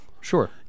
Sure